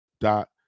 dot